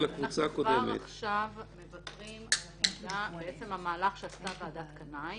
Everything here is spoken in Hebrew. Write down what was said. כבר עכשיו אנחנו מוותרים על המידע בעצם המהלך שעשתה ועדת קנאי